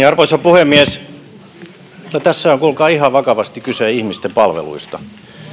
arvoisa puhemies kyllä tässä on kuulkaa ihan vakavasti kyse ihmisten palveluista